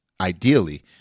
ideally